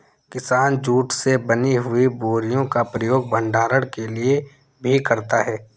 किसान जूट से बनी हुई बोरियों का प्रयोग भंडारण के लिए भी करता है